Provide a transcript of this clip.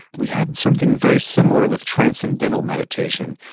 we had something very similar with transcendental meditation.